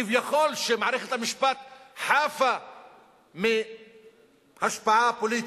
שכביכול מערכת המשפט חפה מהשפעה פוליטית.